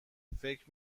فکر